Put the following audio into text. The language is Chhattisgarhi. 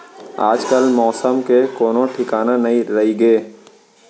आजकाल मौसम के कोनों ठिकाना नइ रइगे